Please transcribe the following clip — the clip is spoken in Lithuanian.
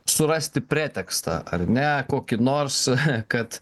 surasti pretekstą ar ne kokį nors kad